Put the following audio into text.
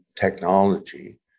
technology